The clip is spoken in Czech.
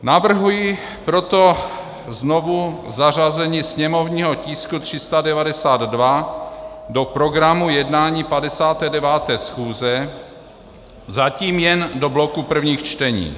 Navrhuji proto znovu zařazení sněmovního tisku 392 do programu jednání 59. schůze, zatím jen do bloku prvních čtení.